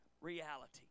reality